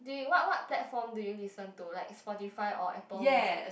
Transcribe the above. what what platform do you listen to like Spotify or Apple Music